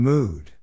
Mood